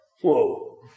Whoa